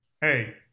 hey